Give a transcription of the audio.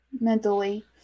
mentally